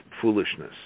foolishness